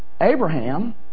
Abraham